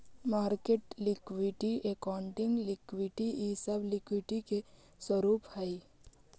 market liquidity, accounting liquidity इ सब liquidity के स्वरूप हई